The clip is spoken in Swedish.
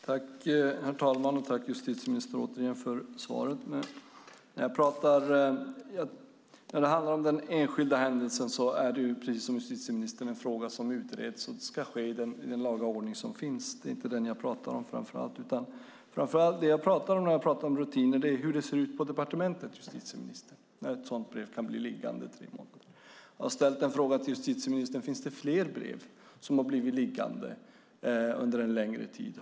Herr talman! Jag vill återigen tacka justitieministern för svaret. När det handlar om den enskilda händelsen är det en fråga som utreds, precis som justitieministern säger, och det ska ske i den laga ordning som finns. Det är inte främst den jag talar om. Det jag talar om när jag talar om rutiner är hur det ser ut på departementet, justitieministern, när ett sådant här brev kan bli liggande i tre månader. Jag har ställt frågan till justitieministern: Finns det fler brev som har blivit liggande under en längre tid?